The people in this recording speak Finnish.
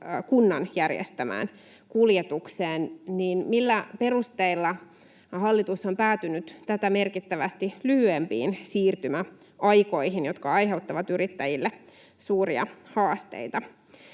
kunnan järjestämään kuljetukseen. Millä perusteilla hallitus on päätynyt tätä merkittävästi lyhyempiin siirtymäaikoihin, jotka aiheuttavat yrittäjille suuria haasteita?